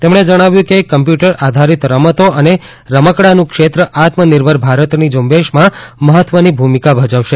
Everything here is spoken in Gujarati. તેમણે જણાવ્યું કે કમ્પ્યુટર આધારિત રમતો અને રમકડાનું ક્ષેત્ર આત્મનિર્ભર ભારતની ઝુંબેશમાં મહત્વની ભૂમિકા ભજવશે